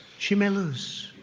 she may lose.